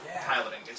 piloting